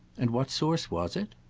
and what source was it?